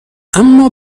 اما